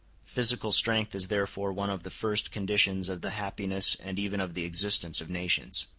physical strength is therefore one of the first conditions of the happiness and even of the existence of nations.